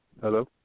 Hello